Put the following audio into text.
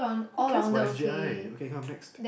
who cares about S_J_I okay come next